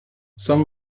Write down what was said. some